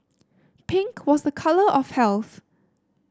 pink was a colour of health